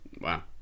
Wow